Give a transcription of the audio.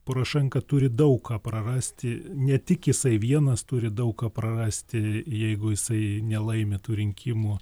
porošenka turi daug ką prarasti ne tik jisai vienas turi daug ką prarasti jeigu jisai nelaimi tų rinkimų